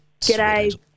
G'day